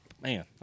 Man